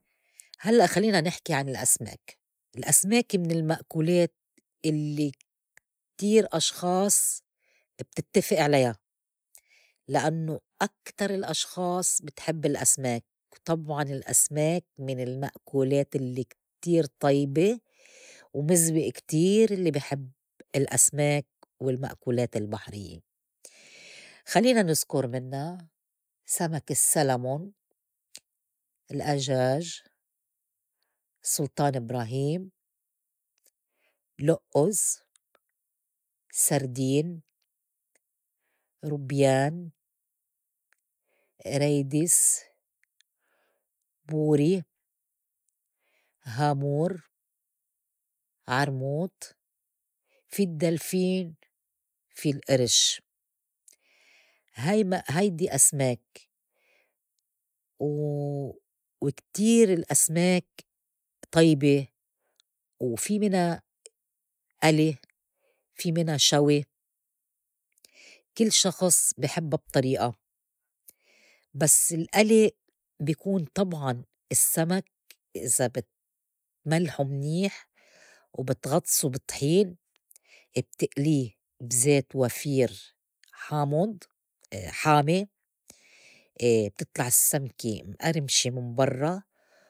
هلّأ خلينا نحكي عن الأسماك، الأسماك من المأكولات اللّي كتير أشخاص بتتّفئ عليا لأنّو أكتر الأشخاص بتحب الأسماك، طبعاً الأسماك من المأكولات اللّي كتير طيبة ومزوء كتير اللّي بي حب الأسماك والمأكولات البحرية خلّينا نذكُر منّا سمك السلمون، الأجاج، سُلطان إبراهيم، لؤّز، سردين، روبيان، أريدس، بوري، هامور، عرموط، في الدّلفين، في الئرش هي ما هيدي أسماك و وكتير الأسماك طيبة، وفي منّا ألي في مِنا شوي كل شخص بي حبّا بطريئة بس الآلي بي كون طبعاً السّمك إذا بتملحو منيح وبتغطسو بطحين ابتئلّيه بزيت وفير حامض حامي. تطلع السّمكة مئرمشة من برّا.